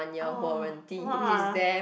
oh !wah!